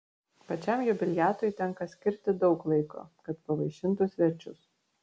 pačiam jubiliatui tenka skirti daug laiko kad pavaišintų svečius